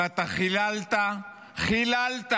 ואתה חיללת, חיללת